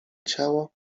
ciało